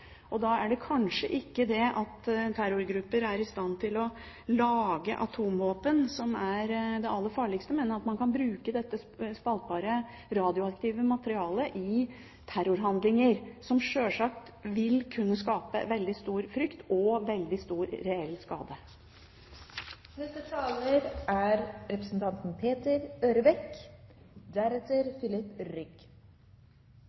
Da er det kanskje ikke det at terrorgrupper er i stand til å lage atomvåpen som er det aller farligste, men at man kan bruke dette spaltbare radioaktive materialet i terrorhandlinger, som sjølsagt vil kunne skape veldig stor frykt og forårsake veldig stor reell